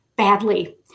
badly